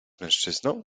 mężczyzną